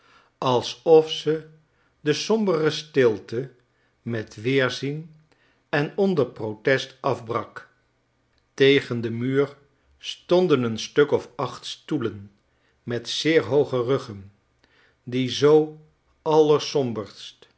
alsof ze de sombere stilte met weerzin en onder protest afbrak tegen den muur stonden een stukof acht stoelen met zeer hooge ruggen die zoo